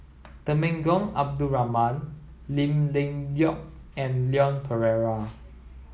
Temenggong Abdul Rahman Lim Leong Geok and Leon Perera